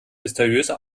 mysteriöse